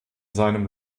seinem